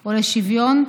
או לשוויון.